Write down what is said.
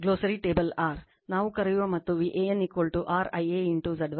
ಆದ್ದರಿಂದ ಇದುಗ್ಲೋಸ್ಸರಿ table r ನಾವು ಕರೆಯುವ ಮತ್ತು Van rIa Zy